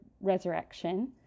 resurrection